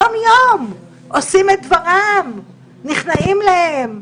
עושים את דברם, נכנעים להם,